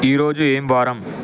ఈరోజు ఏం వారం